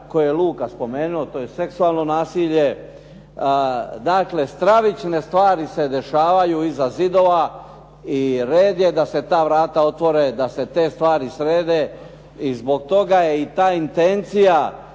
koje je Luka spomenuo, to je seksualno nasilje. Dakle stravične stvari se dešavaju iza zidova i red je da se ta vrata otvore, da se te stvari srede i zbog toga je i ta intencija